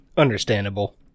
understandable